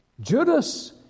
Judas